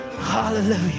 Hallelujah